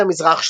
הד-המזרח,